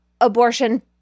abortion